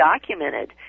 documented